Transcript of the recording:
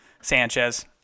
Sanchez